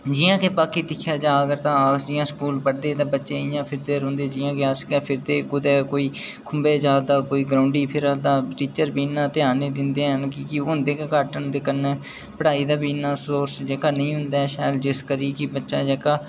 ते जि'यां कि बाकी दिक्खेआ जा तां अगर अस स्कूल पढ़दे हे ते बच्चे इं'या फिरदे रौहंदे हे जि'यां कि अस गै फिरदे कोई खुंबै जा दा कोई ग्राऊंडै फिरा दा टीचर बी इन्ना ध्यान निं दिंदे हैन की होंदे गै घट्ट न कन्नै ते कन्नै पढ़ाई दा बी इन्ना सोर्स नेईं होंदा ऐ शैल जिस करी की जेह्का बच्चा ऐ